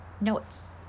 notes